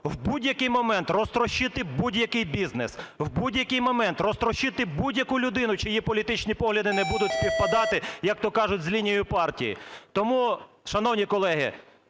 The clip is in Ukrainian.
в будь-який момент розтрощити будь-який бізнес. В будь-який момент розтрощити будь-яку людину, чиї політичні погляди не будуть співпадати, як то кажуть, з лінією партії. Тому, шановні колеги,